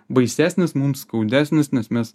baisesnis mums skaudesnis nes mes